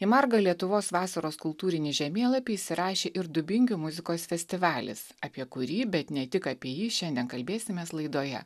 į margą lietuvos vasaros kultūrinį žemėlapį įsirašė ir dubingių muzikos festivalis apie kurį bet ne tik apie jį šiandien kalbėsimės laidoje